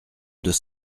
deux